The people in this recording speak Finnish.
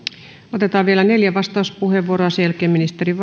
otetaan vielä neljä vastauspuheenvuoroa sen jälkeen ministerin